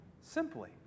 simply